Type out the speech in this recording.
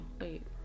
Wait